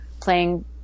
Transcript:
playing